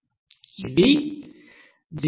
ఇది 0